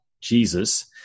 Jesus